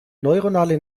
neuronale